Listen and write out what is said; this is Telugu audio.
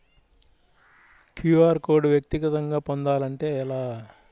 క్యూ.అర్ కోడ్ వ్యక్తిగతంగా పొందాలంటే ఎలా?